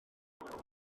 roedd